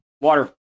Water